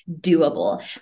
doable